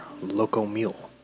LocoMule